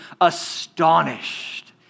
astonished